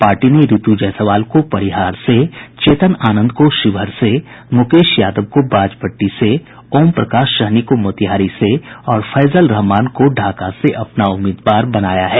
party ने रितु जायसवाल को परिहार से चेतन आनंद को शिवहर से मुकेश यादव को बाजपट्टी से ओम प्रकाश सहनी को मोतिहारी से और फैजल रहमान को ढाका से उम्मीदवार बनाया है